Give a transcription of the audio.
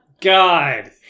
God